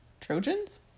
Trojans